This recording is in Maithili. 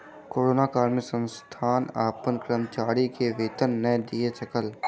कोरोना काल में बहुत संस्थान अपन कर्मचारी के वेतन नै दय सकल